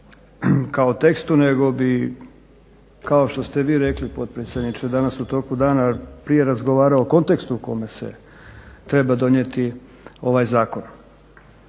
kao tekstu nego bih kao što ste vi rekli potpredsjedniče danas u toku dana prije razgovarao o kontekstu kome se treba donijeti ovaj zakon.